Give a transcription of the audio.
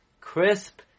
crisp